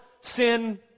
sin